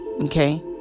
Okay